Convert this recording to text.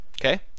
Okay